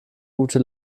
gute